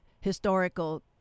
historical